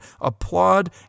applaud